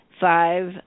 five